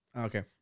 okay